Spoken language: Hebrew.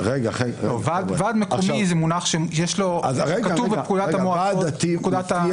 ועד מקומי זה מונח שכתוב בפקודת העיריות.